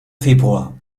februar